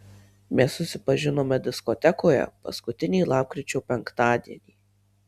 mes susipažinome diskotekoje paskutinį lapkričio penktadienį